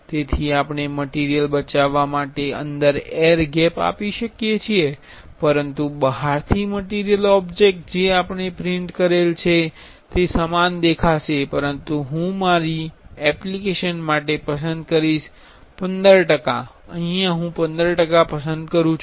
તેથી આપણે મટીરિયલ બચાવવા માટે અંદર એર ગેપ આપી શકીએ છીએ પરંતુ બહારથી મટીરિયલ ઓબ્જેક્ટ જે આપણે પ્રિંટ કરેલ છે તે સમાન દેખાશે પરંતુ હું મારી એપ્લિકેશન માટે પસંદ કરીશ હું 15 ટકા પસંદ કરીશ